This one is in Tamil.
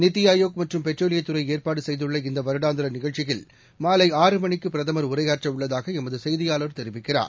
நித்தி ஆயோக் மற்றும் பெட்ரோலியத் துறை ஏற்பாடு செய்துள்ள இந்த வருடாந்திர நிகழ்ச்சியில் மாலை ஆறு மணிக்கு பிரதமர் உரையாற்ற உள்ளதாக எமது செய்தியாளர் தெரிவிக்கிறார்